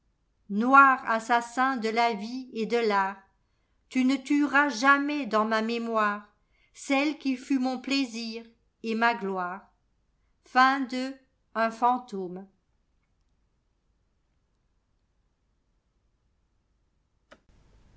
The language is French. noir assassin de la vie et de l'art tu ne tueras jamais dans ma mémoirecelle qui fut mon plaisir et ma gloire